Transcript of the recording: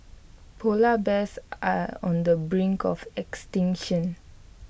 Polar Bears are on the brink of extinction